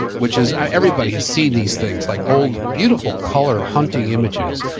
which is everybody has seen these things. like old beautiful color hunting images,